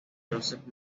josep